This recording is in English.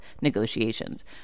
negotiations